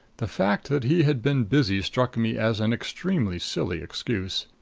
the fact that he had been busy struck me as an extremely silly excuse.